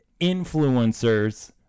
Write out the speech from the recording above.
Influencers